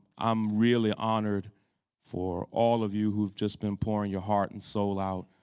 i'm really honored for all of you who have just been pouring your heart and soul out.